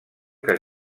que